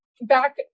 back